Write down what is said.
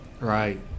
Right